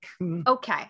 Okay